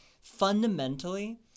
fundamentally